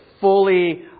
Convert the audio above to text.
fully